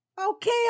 Okay